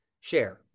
share